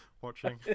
watching